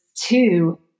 two